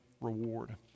reward